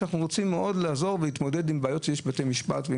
שאנחנו רוצים מאוד לעזור ולהתמודד עם בעיות שיש בבתי משפט.